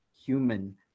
human